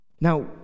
Now